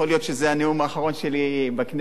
יכול להיות שזה הנאום האחרון שלי בכנסת,